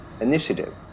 initiative